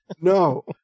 no